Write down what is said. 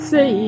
Say